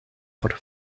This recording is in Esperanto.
por